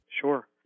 Sure